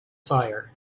fire